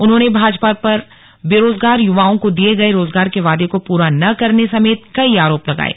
उन्होंने भाजपा पर बेरोजगार युवाओं को दिये गए रोजगार के वादे को पूरा न करने समेत कई आरोप लगाये